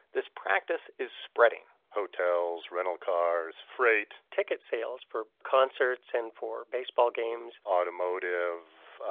this practice is spreading hotels, rental cars, freight, ticket sales for concerts and for baseball games, automotive,